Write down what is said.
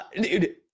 Dude